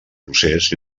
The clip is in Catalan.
procés